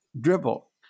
dribble